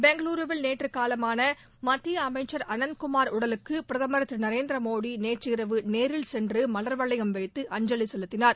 பெங்களூரூவில் நேற்று காலமான மத்திய அமைச்சர் அனந்தகுமார் உடலுக்கு பிரதமர் திரு நரேந்திர மோடி நேற்றிரவு நேரில் சென்று மலர் வளையம் வைத்து அஞ்சலி செலுத்தினார்